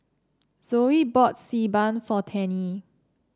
Zoe bought Xi Ban for Tennie